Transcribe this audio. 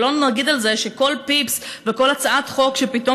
שלא נדבר על זה שכל פיפס וכל הצעת חוק שפתאום